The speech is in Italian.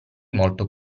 molto